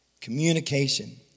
communication